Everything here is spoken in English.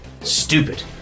stupid